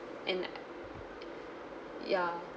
and ya